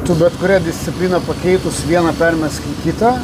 tu bet kurią discipliną pakeitus vieną permesk į kitą